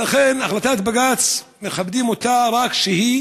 החלטת בג"ץ, מכבדים אותה רק כשהיא